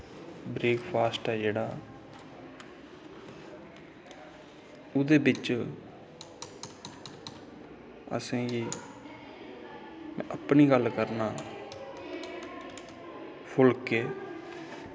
break fast ऐ जेह्ड़ा ओह्दे बिच्च असें गी में अपनी गल्ल करना फुलके